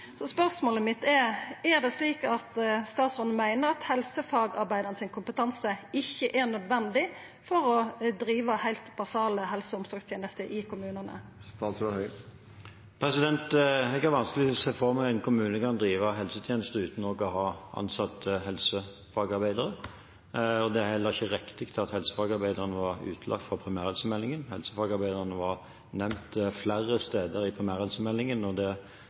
Spørsmålet mitt er: Meiner statsråden at kompetansen til helsefagarbeidarane ikkje er nødvendig for å driva heilt basale helse- og omsorgstenester i kommunane? Jeg kan vanskelig se for meg at en kommune kan drive helsetjenester uten å ha ansatt helsefagarbeidere, og det er heller ikke riktig at helsefagarbeiderne ble utelatt i primærhelsemeldingen. Helsefagarbeiderne ble nevnt flere steder i primærhelsemeldingen, og det